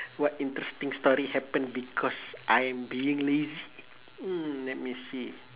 what interesting story happened because I'm being lazy mm let me see